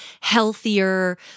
healthier